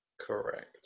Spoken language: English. Correct